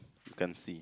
you can't see